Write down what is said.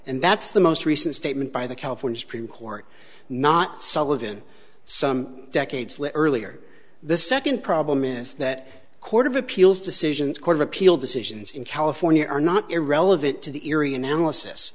and that's the most recent statement by the california supreme court not sullivan some decades later earlier the second problem is that court of appeals decisions court of appeal decisions in california are not irrelevant to the erie analysis